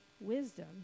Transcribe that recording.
wisdom